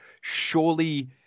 surely